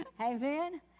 Amen